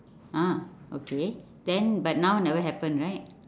ah okay then but now never happen right